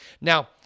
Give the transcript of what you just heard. Now